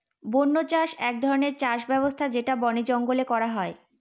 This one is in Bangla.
বন্য চাষ এক ধরনের চাষ ব্যবস্থা যেটা বনে জঙ্গলে করা হয়